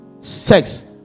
sex